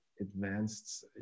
advanced